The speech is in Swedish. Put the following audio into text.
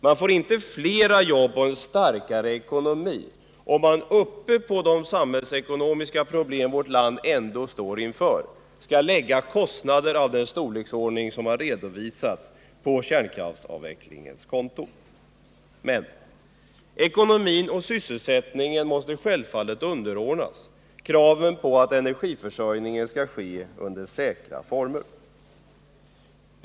Man får inte fler jobb och en starkare ekonomi om man ovanpå de samhällsekonomiska problem som vårt land ändå står inför skall lägga kostnader av den storlek som redovisats på kärnkraftsavvecklingens konto. Men ekonomi och sysselsättning måste självfallet underordnas kravet på att energiförsörjningen skall ske under säkra former.